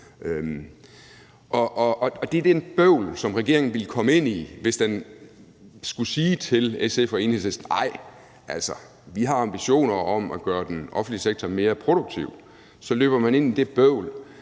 Folketingssalen. Regeringen ville løbe ind i noget bøvl, hvis den skulle sige til SF og Enhedslisten: Altså, vi har ambitioner om at gøre den offentlige sektor mere produktiv. Så løber man ind i det bøvl,